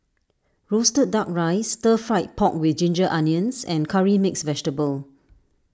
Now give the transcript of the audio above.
Roasted Duck Rice Stir Fried Pork with Ginger Onions and Curry Mixed Vegetable